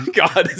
god